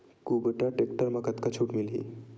कुबटा टेक्टर म कतका छूट मिलही?